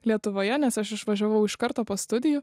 lietuvoje nes aš išvažiavau iš karto po studijų